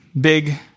big